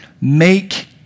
make